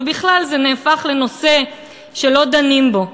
ובכלל זה נהפך לנושא שלא דנים בו.